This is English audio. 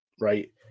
right